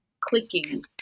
clicking